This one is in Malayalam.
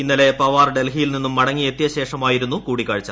ഇന്നലെ പവാർ ഡൽഹിയിൽ നിന്നും മടങ്ങിയെത്തിയ ശേഷമായിരുന്നു കൂടിക്കാഴ്ച